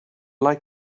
like